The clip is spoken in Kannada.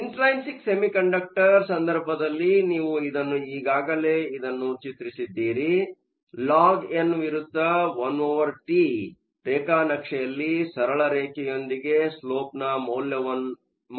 ಇಂಟ್ರೈನ್ಸಿಕ್ ಸಂದರ್ಭದಲ್ಲಿ ನೀವು ಇದನ್ನು ಈಗಾಗಲೇ ಇದನ್ನು ಚಿತ್ತಿಸಿದ್ದಿರಿಲಾಗ್ ಎನ್ ವಿರುದ್ಧ ಒನ್ ಒವರ್ ಟಿ1T ರೇಖಾನಕ್ಷೆಯಲ್ಲಿ ಸರಳರೇಖೆಯೊಂದಿಗೆ ಸ್ಲೋಪ್ನ ಮೌಲ್ಯವು 1 ನ್ನು ಪಡೆಯುತ್ತೆವೆ